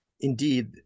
indeed